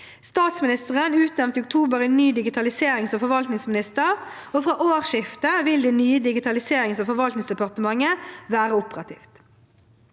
Statsministeren utnevnte i oktober en ny digitaliserings- og forvaltningsminister, og fra årsskiftet vil det nye Digitaliserings- og forvaltningsdepartementet være operativt.